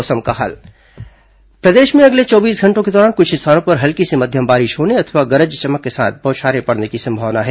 मौसम प्रदेश में अगले चौबीस घंटों के दौरान कुछ स्थानों पर हल्की से मध्यम बारिश होने अथवा गरज चमक के साथ बौछारें पड़ने की संभावना है